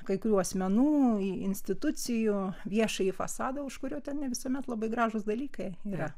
kai kurių asmenų institucijų viešąjį fasadą už kurio ten ne visuomet labai gražūs dalykai yra